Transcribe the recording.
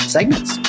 Segments